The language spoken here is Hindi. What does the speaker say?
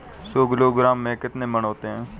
सौ किलोग्राम में कितने मण होते हैं?